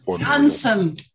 Handsome